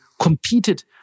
competed